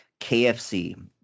KFC